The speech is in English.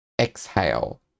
Exhale